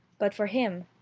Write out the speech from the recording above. but for him,